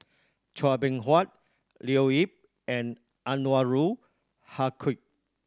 Chua Beng Huat Leo Yip and Anwarul Haque